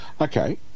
Okay